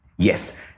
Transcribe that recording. Yes